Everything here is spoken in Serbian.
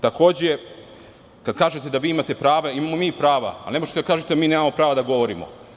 Takođe, kad kažete da vi imate prava, imamo i mi prava, ali ne možete da kažete da mi nemamo prava da govorimo.